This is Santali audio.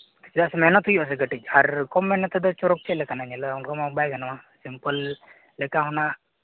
ᱪᱮᱫᱟᱜ ᱥᱮ ᱢᱮᱦᱱᱚᱛ ᱦᱩᱭᱩᱜ ᱟᱥᱮ ᱠᱟᱹᱴᱤᱡ ᱟᱨ ᱠᱚᱢ ᱢᱮᱦᱱᱚᱛ ᱛᱮᱫᱚ ᱪᱚᱨᱚᱠ ᱪᱮᱫ ᱞᱮᱠᱟ ᱱᱟᱜ ᱧᱮᱞᱚᱜᱼᱟ ᱚᱱᱠᱟ ᱢᱟ ᱵᱟᱭ ᱜᱟᱱᱚᱜᱼᱟ ᱥᱤᱢᱯᱮᱞ ᱞᱮᱠᱟ ᱦᱚᱱᱟᱜ